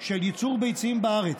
של ייצור ביצים בארץ,